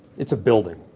it's a building.